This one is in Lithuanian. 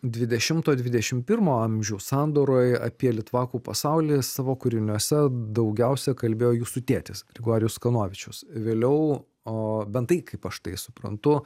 dvidešimt o dvidešimt pirmo amžių sandūroje apie litvakų pasaulį savo kūriniuose daugiausia kalbėjo jūsų tėtis grigorijus kanovičius vėliau o bent tai kaip aš tai suprantu